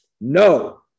No